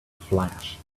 flash